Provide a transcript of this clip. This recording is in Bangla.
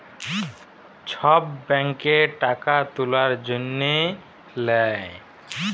ছব ব্যাংকে টাকা তুলার জ্যনহে লেই